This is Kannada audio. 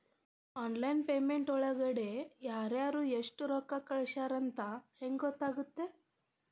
ಆನ್ಲೈನ್ ಪೇಮೆಂಟ್ ಒಳಗಡೆ ಯಾರ್ಯಾರು ಎಷ್ಟು ರೊಕ್ಕ ಕಳಿಸ್ಯಾರ ಅಂತ ಹೆಂಗ್ ಗೊತ್ತಾಗುತ್ತೆ?